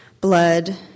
blood